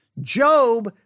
Job